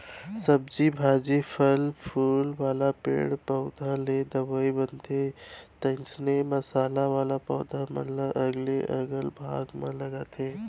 सब्जी भाजी, फर फूल वाला पेड़ पउधा ले दवई बनथे, तइसने मसाला वाला पौधा मन ल अलगे अलग भाग म लगाबे